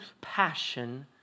passion